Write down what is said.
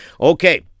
Okay